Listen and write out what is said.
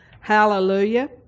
Hallelujah